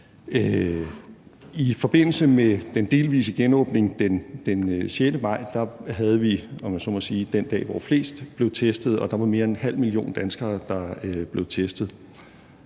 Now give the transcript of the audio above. I forbindelse med den delvise genåbning den 6. maj havde vi, om jeg så må sige, den dag, hvor flest blev testet. Der var der mere end en halv million danskere, der blev testet.